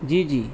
جی جی